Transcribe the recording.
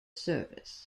service